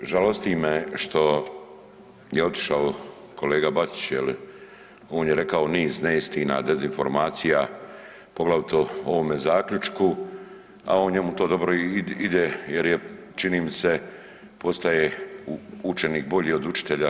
Evo žalosti me što je otišao kolega Bačić, on je rekao niz neistina, dezinformacija poglavito o ovome zaključku, a njemu to dobro i ide jer je čini mi se postaje učenik bolji od učenika.